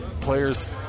players